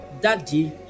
daddy